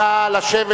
נא לשבת.